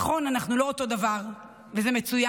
נכון, אנחנו לא אותו דבר, וזה מצוין.